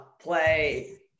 play